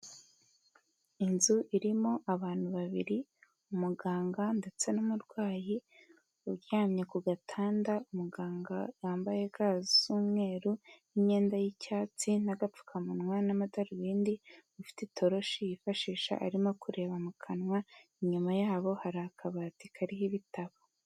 Inzu irimo abantu babiri, umuganga ndetse n'umurwayi uryamye ku gatanda, umuganga yambaye ga z'umweru n'imyenda y'icyatsi n'agapfukamunwa n'amadarubindi, ufite itoroshi yifashisha arimo kureba mu kanwa, inyuma yabo hari akabati kariho ibitabo.